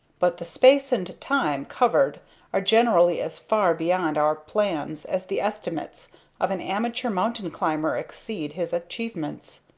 but the space and time covered are generally as far beyond our plans as the estimates of an amateur mountain climber exceed his achievements.